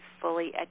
fully